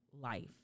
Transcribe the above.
life